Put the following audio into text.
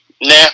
nah